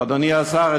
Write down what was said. אדוני השר,